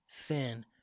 thin